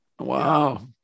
Wow